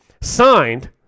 signed